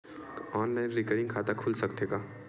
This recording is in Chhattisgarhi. ऑनलाइन रिकरिंग खाता खुल सकथे का?